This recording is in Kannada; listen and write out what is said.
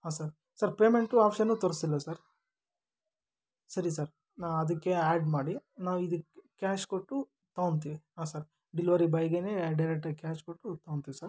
ಹಾಂ ಸರ್ ಸರ್ ಪೇಮೆಂಟು ಆಪ್ಷನ್ನು ತೋರಿಸ್ತಿಲ್ವಾ ಸರ್ ಸರಿ ಸರ್ ನಾ ಅದಕ್ಕೆ ಆ್ಯಡ್ ಮಾಡಿ ನಾವು ಇದಕ್ಕೆ ಕ್ಯಾಶ್ ಕೊಟ್ಟು ತೊಗೊಳ್ತೀವಿ ಹಾಂ ಸರ್ ಡಿಲಿವರಿ ಬಾಯ್ಗೇನೇ ಡೈರೆಕ್ಟಾಗಿ ಕ್ಯಾಶ್ ಕೊಟ್ಟು ತೊಗೊಳ್ತೀವಿ ಸರ್